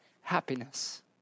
happiness